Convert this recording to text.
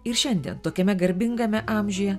ir šiandien tokiame garbingame amžiuje